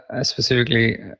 specifically